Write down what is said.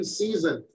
season